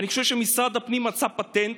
אני חושב שמשרד הפנים מצא פטנט,